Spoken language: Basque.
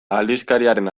aldizkariaren